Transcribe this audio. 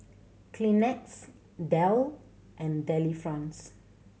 Kleenex Dell and Delifrance